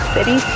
City